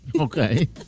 Okay